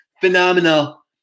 Phenomenal